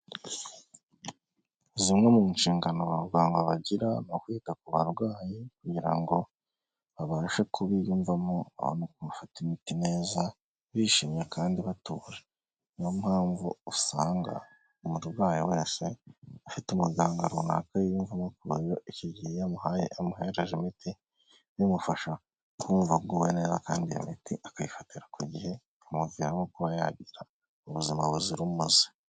zimwe mu nshingano abaganga bagira ni ukwita ku barwayi kugira ngo babashe kubiyumvamo kugira ngo bafata imiti neza bishimye kandi batuje, niyo mpamvu usanga umurwayi wese afite umuganga runaka yiyumvamo ko icyo gihe yamuhaye amuhereje imiti, bimufasha kumva aguwe neza kandi iyo miti akayifatira ku gihe amuviramo kuba yagira ubuzima buzira umuze.